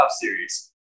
series